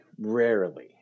rarely